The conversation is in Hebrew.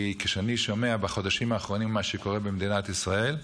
כי כשאני שומע בחודשים האחרונים מה שקורה במדינת ישראל,